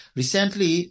recently